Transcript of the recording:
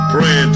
Pray